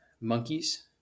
monkeys